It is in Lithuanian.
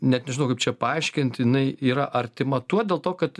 net nežinau kaip čia paaiškint jinai yra artima tuo dėl to kad